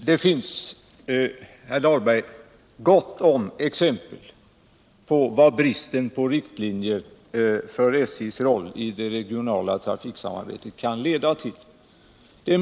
Det krävs mer erfarenhet.